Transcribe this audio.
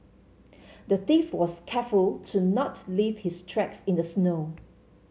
the thief was careful to not leave his tracks in the snow